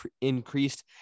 increased